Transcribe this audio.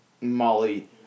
Molly